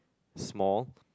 small